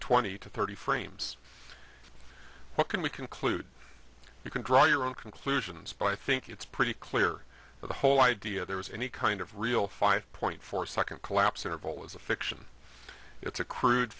twenty to thirty frames what can we conclude you can draw your own conclusions but i think it's pretty clear that the whole idea there was any kind of real five point four second collapse interval is a fiction it's a crude